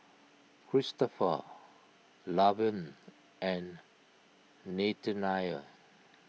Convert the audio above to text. Kristopher Lavern and Nathanial